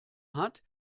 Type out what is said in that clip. hat